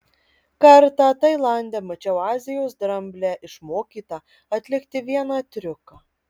kartą tailande mačiau azijos dramblę išmokytą atlikti vieną triuką